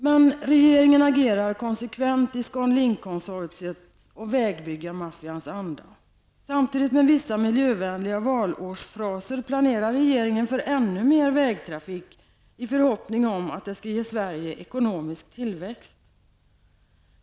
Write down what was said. Men regeringen agerar konsekvent i Scan Linkkonsortiets och vägbyggarmaffians anda. Det förekommer vissa miljövänliga valårsfraser. Men samtidigt planerar regeringen för ännu mer vägtrafik i förhoppning om att det skall ge Sverige ekonomisk tillväxt.